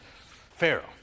Pharaoh